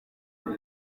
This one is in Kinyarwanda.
kuko